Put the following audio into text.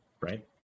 right